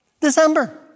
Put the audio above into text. December